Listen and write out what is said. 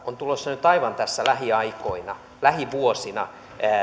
on tulossa nyt aivan tässä lähiaikoina lähivuosina